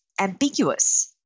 ambiguous